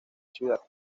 ciudad